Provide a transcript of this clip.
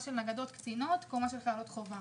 של נגדות/קצינות וקומה של חיילות חובה.